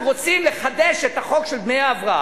רוצים לחדש את החוק של דמי ההבראה,